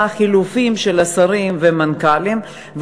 בחילופים של השרים והמנכ"לים,